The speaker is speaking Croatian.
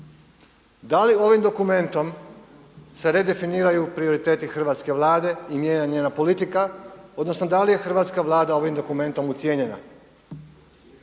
Da li ovim dokumentom se redefiniraju prioriteti hrvatske Vlade i mijenja njena politika, odnosno da li je hrvatska Vlada ovim dokumentom ucijenjena?